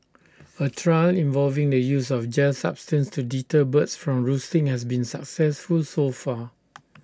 A trial involving the use of gel substance to deter birds from roosting has been successful so far